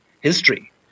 history